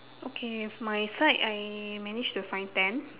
okay my side I managed to find ten